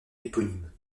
éponyme